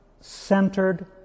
centered